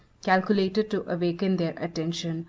calculated to awaken their attention,